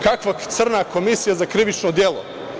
Kakva crna komisija za krivično delo?